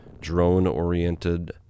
drone-oriented